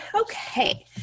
Okay